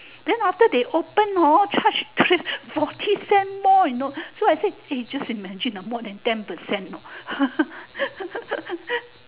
then after they open hor charge forty cent more you know so I said eh just imagine ah more than ten percent hor